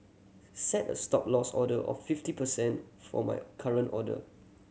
set a Stop Loss order of fifty percent for my current order